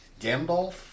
Gandalf